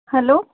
hello